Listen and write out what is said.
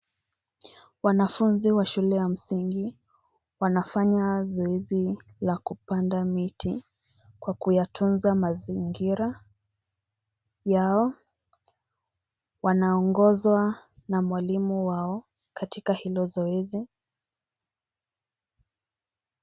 Wanafunzi wa shule ya msingi wanafanya zoezi la kupanda miti kwa kuyatunza mazingira yao. Wanaongozwa na mwalimu wao katika hilo zoezi.